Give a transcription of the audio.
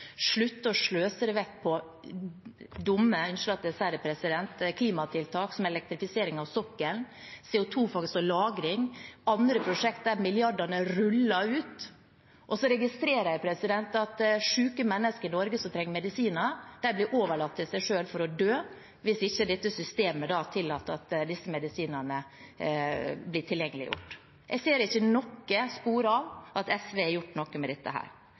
å sløse det vekk på dumme – unnskyld at jeg sier det, president – klimatiltak som elektrifisering av sokkelen, CO 2 -fangst og -lagring og andre prosjekt der milliardene ruller ut. Så registrerer jeg at syke mennesker i Norge som trenger medisiner, blir overlatt til seg selv for å dø, hvis ikke systemet da tillater at disse medisinene blir tilgjengeliggjort. Jeg ser ikke noen spor av at SV har gjort noe med dette.